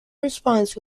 response